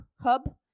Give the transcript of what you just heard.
hub